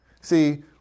See